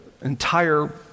entire